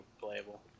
playable